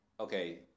Okay